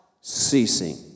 ceasing